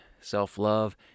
self-love